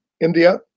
India